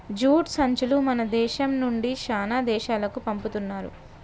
jute సంచులు మన దేశం నుండి చానా దేశాలకు పంపుతున్నారు